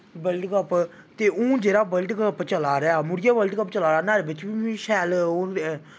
world cup ते हून जेह्ड़ा वर्ल्ड कप चला दा ऐ मुड़ियै वर्ल्ड कप चला दा नाह्ड़े बिच्च बी शैल